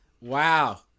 Wow